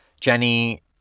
Jenny